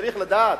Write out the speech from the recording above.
צריך לדעת,